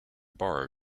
borrow